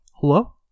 hello